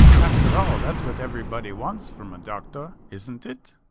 after all, thats what everybody wants from a doctor, isnt it?